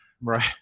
Right